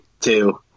Two